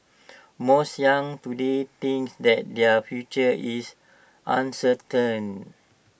most young today thinks that their future is uncertain